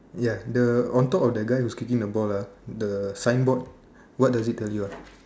ya the on top of the guy who's kicking the ball ah the signboard what does it tell you ah